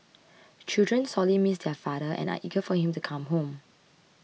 children sorely miss their father and are eager for him to come home